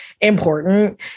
important